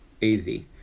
easy